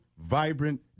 Vibrant